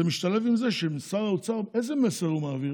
זה משתלב עם זה ששר האוצר, איזה מסר הוא מעביר?